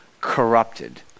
corrupted